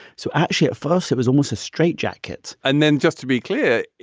so actually, at first it was almost a straitjacket and then just to be clear,